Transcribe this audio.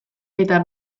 eta